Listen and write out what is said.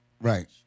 Right